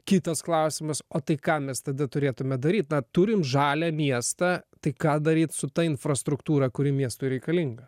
kitas klausimas o tai ką mes tada turėtumėme daryt na turim žalią miestą tai ką daryt su ta infrastruktūra kuri miestui reikalinga